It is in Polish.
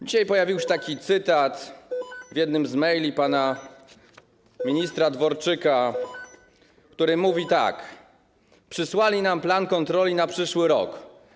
Dzisiaj pojawił się taki cytat w jednym z maili pana ministra Dworczyka, który mówi tak: Przysłali nam plan kontroli na przyszły rok.